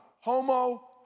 homo